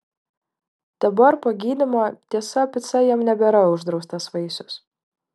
dabar po gydymo tiesa pica jam nebėra uždraustas vaisius